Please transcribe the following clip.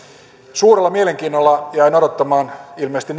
suurella mielenkiinnolla jäin odottamaan ilmeisesti